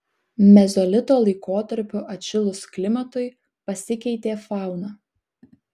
mezolito laikotarpiu atšilus klimatui pasikeitė fauna